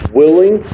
willing